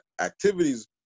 activities